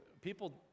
People